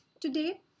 today